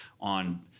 on